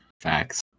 Facts